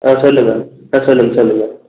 ஆ சொல்லுங்கள் சொல்லுங்கள் சொல்லுங்கள்